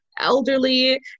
Elderly